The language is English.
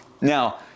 now